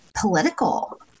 political